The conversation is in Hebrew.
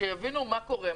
שיבינו מה קורה,